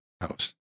house